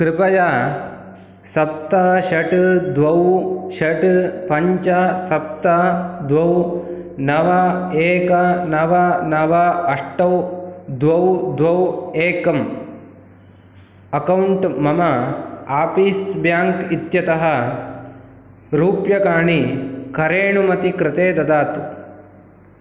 कृपया सप्त षट् द्वे षट् पञ्च सप्त द्वे नव एक नव नव अष्ट द्वे द्वे एकम् अक्कौण्ट् मम आपिस् बेङ्क् इत्यतः रूप्यकाणि करेणुमति कृते ददातु